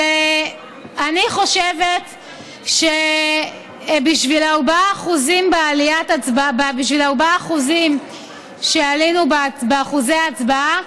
אבל אני חושבת שבשביל 4% שעלינו באחוזי ההצבעה,